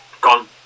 gone